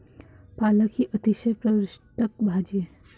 पालक ही अतिशय पौष्टिक भाजी आहे